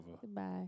Goodbye